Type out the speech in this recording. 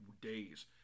days